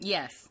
Yes